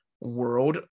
world